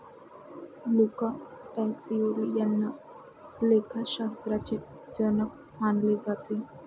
Luca Pacioli यांना लेखाशास्त्राचे जनक मानले जाते